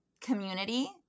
community